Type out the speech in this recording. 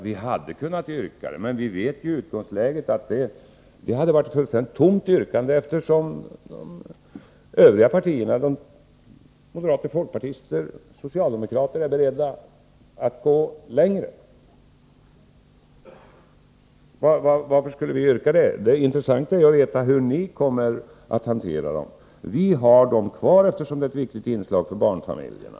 Vi hade visserligen kunnat yrka på det, men vi vet att det hade varit ett fullständigt tomt yrkande eftersom de övriga partierna — moderater, folkpartister och socialdemokrater — är beredda att gå längre. Varför skulle vi framföra ett sådan yrkande? Det intressanta är att veta hur ni kommer att hantera livsmedelssubventionerna. Vi vill ha dem kvar, eftersom de är ett viktigt inslag för barnfamiljerna.